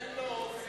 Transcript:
אין לו אופי.